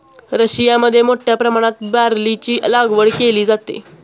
रशियामध्ये मोठ्या प्रमाणात बार्लीची लागवड केली जाते